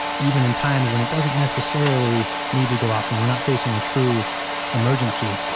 even in times when it doesn't necessarily need to go off when we're not facing a true emergency.